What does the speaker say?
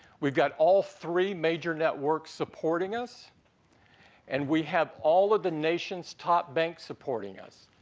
we've got all three major networks supporting us and we have all of the nation's top banks supporting us.